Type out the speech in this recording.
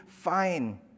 fine